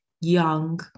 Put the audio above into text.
young